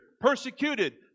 Persecuted